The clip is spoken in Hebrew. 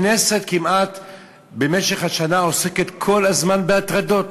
הכנסת במשך השנה עוסקת כמעט כל הזמן בהטרדות.